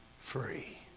free